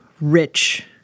rich